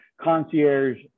concierge